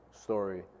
story